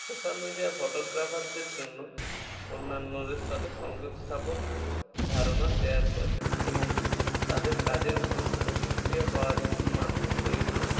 social media ফটোগ্রাফারদের জন্য অন্যান্যদের সাথে সংযোগ স্থাপন ধারণা শেয়ার করে এবং তাদের কাজের উপর প্রতিক্রিয়া পাওয়ার একটি মাধ্যম তৈরি করে